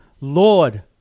Lord